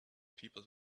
people